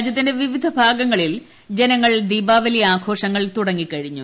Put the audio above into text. രാജ്യത്തിന്റെ വിവിധ ഭാഗങ്ങളിൽ ജനങ്ങൾ ദീപാവലി ആഘോഷങ്ങൾ തുടങ്ങിക്കഴിഞ്ഞു